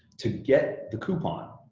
to get the coupon,